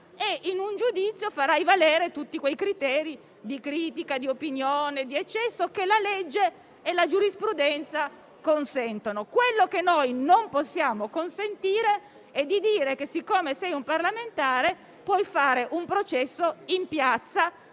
e in un giudizio farai valere tutti quei criteri di critica, di opinione, di eccesso che la legge e la giurisprudenza consentono. Ciò che noi non possiamo consentire è dire che, siccome sei un parlamentare, puoi fare un processo in piazza,